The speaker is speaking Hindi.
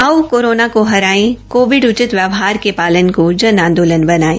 आओ कोरोना को हराए कोविड उचित व्यवहार के पालन को जन आंदोलन बनायें